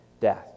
death